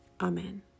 Amen